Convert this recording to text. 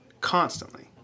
Constantly